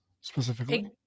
specifically